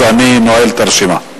אני נועל את הרשימה.